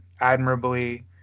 admirably